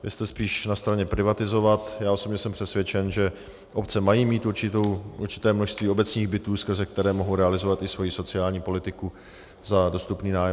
Vy jste spíš na straně privatizovat, já osobně jsem přesvědčen, že obce mají mít určité množství obecních bytů, skrze které mohou realizovat i svoji sociální politiku za dostupný nájem.